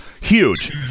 huge